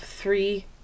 three